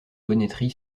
bonneterie